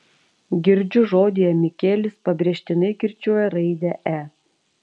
girdžiu žodyje mikelis pabrėžtinai kirčiuoja raidę e